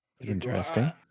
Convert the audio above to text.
Interesting